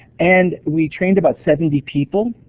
and we trained about seventy people.